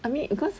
I mean because